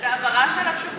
זה הבהרה של התשובה.